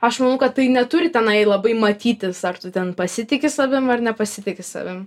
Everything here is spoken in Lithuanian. aš manau kad tai neturi tenai labai matytis ar tu ten pasitiki savim ar nepasitiki savim